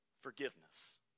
forgiveness